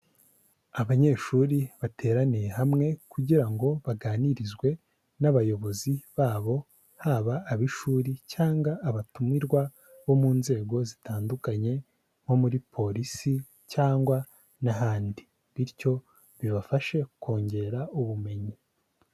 Abanyeshuri bateraniye hamwe kugira ngo baganirizwe n'abayobozi babo haba abi shuri cyangwa abatumirwa bo mu nzego zitandukanye nko muri Police cyangwa n'ahandi, bityo bibafashe kongera ubumenyi.